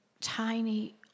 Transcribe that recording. tiny